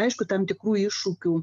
aišku tam tikrų iššūkių